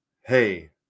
Hey